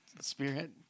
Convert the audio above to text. spirit